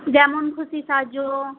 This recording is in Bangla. যেমন খুশি সাজো